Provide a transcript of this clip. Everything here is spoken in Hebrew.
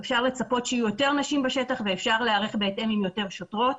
אפשר לצפות שיהיו יותר נשים בשטח ואפשר להיערך בהתאם עם יותר שוטרות.